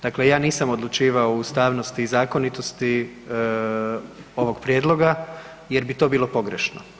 Dakle, ja nisam odlučivao o ustavnosti i zakonitosti ovog prijedloga jer bi to bilo pogrešno.